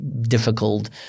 difficult